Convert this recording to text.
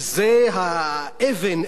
שזה האבן,